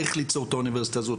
איך ליצור את האוניברסיטה הזאת,